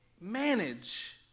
manage